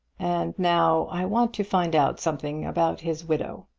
and now i want to find out something about his widow.